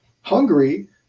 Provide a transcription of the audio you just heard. Hungary